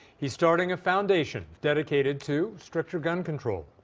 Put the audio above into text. he starting a foundation dedicated to stricter gun control.